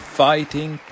fighting